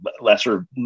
lesser